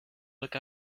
look